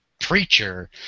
preacher